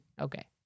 Okay